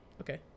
Okay